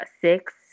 Six